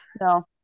No